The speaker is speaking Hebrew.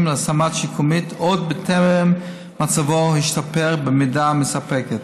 להשמה שיקומית עוד בטרם מצבו השתפר במידה מספקת.